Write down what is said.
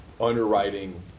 underwriting